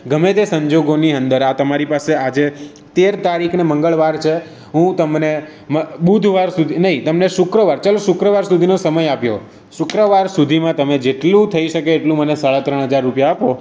ગમે તે સંજોગોની અંદર આ તમારી પાસે આજે તેર તારીખને મંગળવાર છે હું તમને મને બુધવાર સુધી નહીં તમને શુક્રવાર ચલો શુક્રવાર સુધીનો સમય આપ્યો શુક્રવાર સુધીમાં તમે જેટલું થઈ શકે એટલું મને સાડા ત્રણ હજાર રૂપિયા આપો